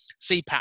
CPAP